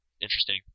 Interesting